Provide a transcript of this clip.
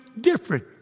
different